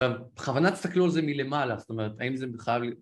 בכוונה תסתכלו על זה מלמעלה, זאת אומרת, האם זה בכלל...